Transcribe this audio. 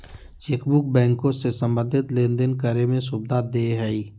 chequebook बैंको से संबंधित लेनदेन करे में सुविधा देय हइ